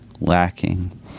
lacking